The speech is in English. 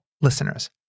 listeners